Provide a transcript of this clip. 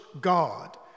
God